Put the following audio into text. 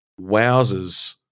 wowzers